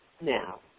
Now